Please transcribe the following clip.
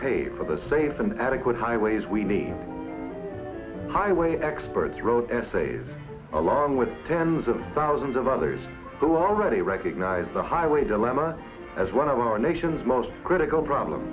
pay for the safe and adequate highways we need highway experts wrote essays along with tens of thousands of others already recognize the highway dilemma as one of our nation's most critical problem